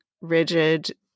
rigid